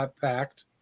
pact